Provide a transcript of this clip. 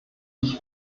ich